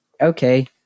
okay